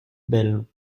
belles